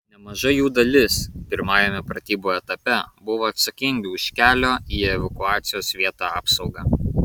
nemaža jų dalis pirmajame pratybų etape buvo atsakingi už kelio į evakuacijos vietą apsaugą